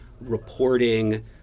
reporting